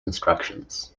instructions